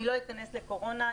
אני לא אכנס לקורונה,